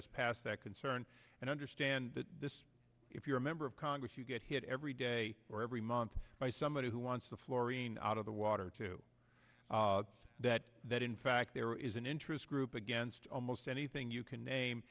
us past that concern and understand that if you're a member of congress you get hit every day or every month by somebody who wants the fluorine out of the water to that that in fact there is an interest group against almost anything you can name